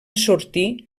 sortir